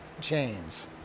chains